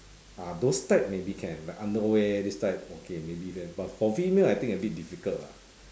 ah those type maybe can like underwear this type okay maybe can but for female I think a bit difficult lah